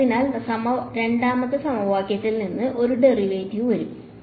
അതിനാൽ രണ്ടാമത്തെ സമവാക്യത്തിൽ നിന്ന് ഒരു ഡെറിവേറ്റീവ് വരും